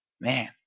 Man